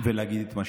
ולהגיד מה שאמרת.